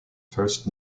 first